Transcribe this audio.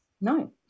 No